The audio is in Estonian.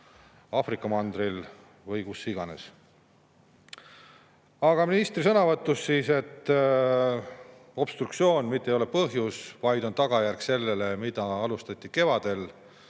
Aafrika mandril või kuhu iganes. Aga ministri sõnavõtust. Obstruktsioon mitte ei ole põhjus, vaid tagajärg sellele, mida alustati kevadel